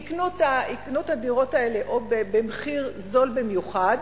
יקנו את האדמות האלה במחיר זול במיוחד,